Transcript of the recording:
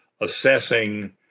assessing